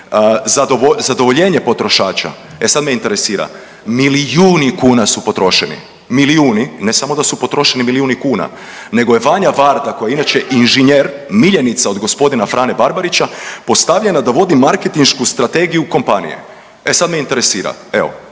zadovoljenje potrošača. E sad me interesira milijuni kuna su potrošeni, milijuni ne samo da su potrošeni milijuni kuna nego je Vanja Varda koja je inače inženjer, miljenica od gospodina Frane Barbarića postavljena da vodi marketinšku strategiju kompanije. E sad me interesira evo,